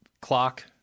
clock